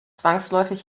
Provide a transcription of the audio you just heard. zwangsläufig